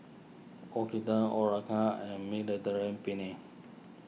Korokke and Mediterranean Penne